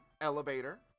elevator